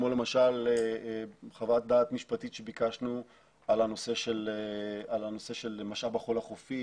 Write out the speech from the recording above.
כמו למשל חוות דעת משפטית שביקשנו על הנושא שבחול החופי